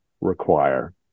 require